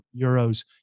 euros